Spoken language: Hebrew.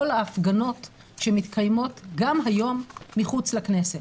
ההפגנות שמתקיימות גם היום מחוץ לכנסת.